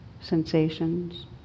sensations